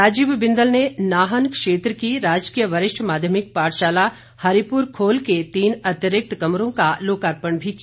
राजीव बिंदल ने नाहन क्षेत्र की राजकीय वरिष्ठ माध्यमिक पाठशाला हरिपुर खोल के तीन अतिरिक्त कमरों का लोकार्पण भी किया